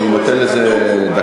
ובעניין זה כל